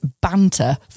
banter